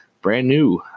brand-new